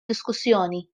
diskussjoni